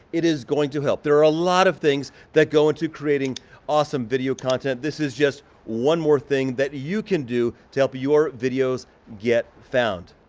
it is going to help, there are a lot of things that go into creating awesome video content. this is just one more thing that you can do to help your videos get found.